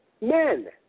men